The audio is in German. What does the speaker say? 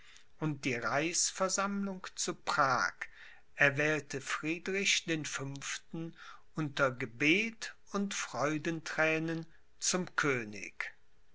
und die reichsversammlung zu prag erwählte friedrich den fünften unter gebet und freudenthränen zum könig